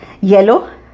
Yellow